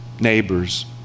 neighbors